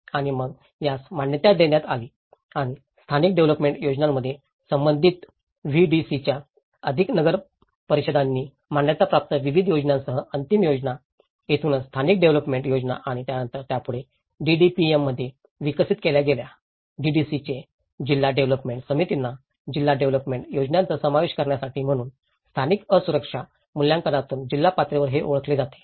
आणि मग यास मान्यता देण्यात आली आणि स्थानिक डेव्हलोपमेंट योजनांमध्ये संबंधित व्हीडीसीच्या अधिक नगरपरिषदांनी मान्यताप्राप्त विविध योजनांसह अंतिम योजना येथूनच स्थानिक डेव्हलोपमेंट योजना आणि त्यानंतर यापुढे डीडीपीमध्ये विकसित केल्या गेल्या डीडीसी चे जिल्हा डेव्हलोपमेंट समित्यांना जिल्हा डेव्हलोपमेंट योजनांचा समावेश करण्यासाठी म्हणून स्थानिक असुरक्षा मूल्यांकनातून जिल्हा पातळीवर हे ओळखले जाते